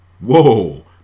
Whoa